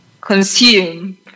consume